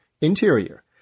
Interior